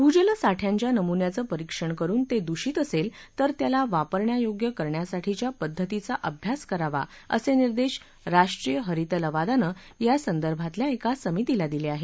भूजलसाठ्यांच्या नमुन्यांचं परिक्षण करुन ते दूषित असेल तर त्याला वापरण्यायोग्य करण्यासाठीच्या पद्धतीचा अभ्यास करावा असे निर्देश राष्ट्रीय हरित लवादानं यासंदर्भातल्या एक समितीला दिले आहेत